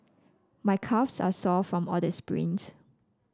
my calves are sore from all the sprints